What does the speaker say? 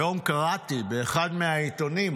היום קראתי באחד מהעיתונים,